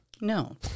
no